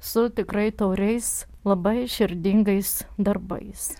su tikrai tauriais labai širdingais darbais